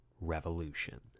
Revolution